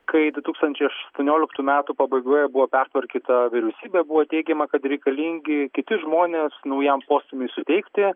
kai du tūkstančiai aštuonioliktų metų pabaigoje buvo pertvarkyta vyriausybė buvo teigiama kad reikalingi kiti žmonės naujam postūmiui suteikti